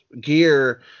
gear